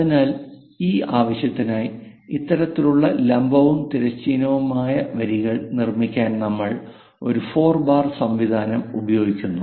അതിനാൽ ഈ ആവശ്യത്തിനായി ഇത്തരത്തിലുള്ള ലംബവും തിരശ്ചീനവുമായ വരികൾ നിർമ്മിക്കാൻ നമ്മൾ ഒരു ഫോർ ബാർ സംവിധാനം ഉപയോഗിക്കുന്നു